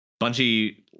Bungie